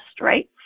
Right